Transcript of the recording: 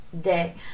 day